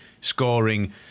scoring